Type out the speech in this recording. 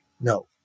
No